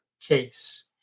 case